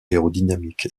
aérodynamique